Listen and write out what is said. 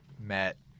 met